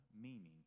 meaning